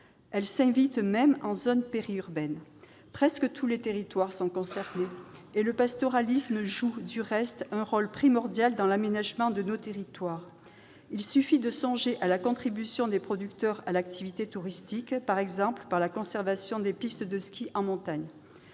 Elle s'invite même en zone périurbaine ! Presque tous les territoires sont concernés et le pastoralisme joue, du reste, un rôle primordial dans l'aménagement de nos territoires. Il suffit de songer à la contribution des producteurs à l'activité touristique, par exemple, grâce à la conservation des pistes de ski en montagne.